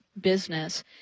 business